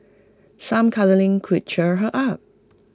some cuddling could cheer her up